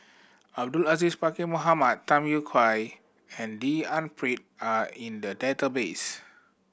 Abdul Aziz Pakkeer Mohamed Tham Yui Kai and D N Pritt are in the database